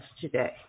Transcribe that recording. today